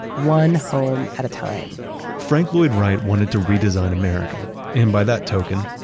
one home at a time frank lloyd wright wanted to redesign america and by that token,